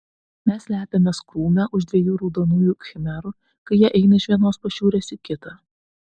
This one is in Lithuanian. mes slepiamės krūme už dviejų raudonųjų khmerų kai jie eina iš vienos pašiūrės į kitą